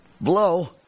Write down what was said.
blow